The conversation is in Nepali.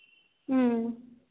अँ